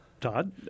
Todd